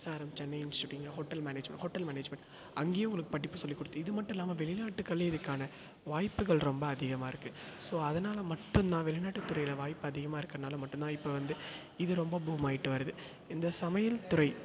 S R M Chennai இன்ஸ்டியூட்டிங் hotel management hotel management அங்கேயே உங்களுக்கு படிப்பு சொல்லிக் கொடுத்து இது மட்டும் இல்லாமல் வெளிநாடுகள்லே இதுக்கான வாய்ப்புகள் ரொம்ப அதிகமாக இருக்குது ஸோ அதனால மட்டும் தான் வெளிநாட்டு துறையில் வாய்ப்பு அதிகமாக இருக்கறதுனால மட்டும் தான் இப்போ வந்து இது ரொம்ப வருது இந்த சமையல் துறை